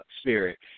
spirit